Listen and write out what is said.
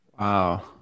Wow